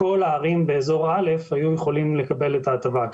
כל הערים באזור א' היו יכולות לקבל את ההטבה.